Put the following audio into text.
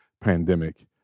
pandemic